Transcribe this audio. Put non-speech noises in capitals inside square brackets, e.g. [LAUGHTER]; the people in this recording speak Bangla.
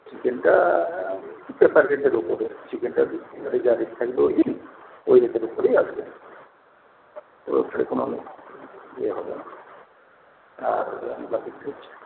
চিকেনটা [UNINTELLIGIBLE] ওপরে চিকেনটা যা রেট থাকবে ওই দিন ওই রেটের ওপরেই আসবে [UNINTELLIGIBLE]